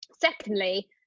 Secondly